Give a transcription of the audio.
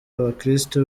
abakirisitu